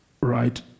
right